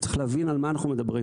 צריך להבין על מה אנחנו מדברים.